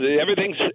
Everything's